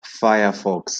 firefox